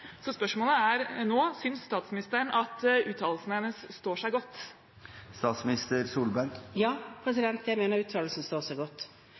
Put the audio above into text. Spørsmålet er nå: Synes statsministeren at uttalelsene hennes står seg godt? Ja, jeg mener uttalelsene står seg godt.